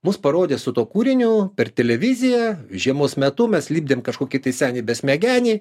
mus parodė su tuo kūriniu per televiziją žiemos metu mes lipdėm kažkokį senį besmegenį